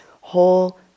whole